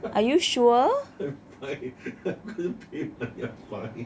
funny